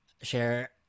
share